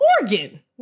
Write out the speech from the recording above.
Oregon